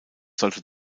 sollte